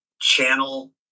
channel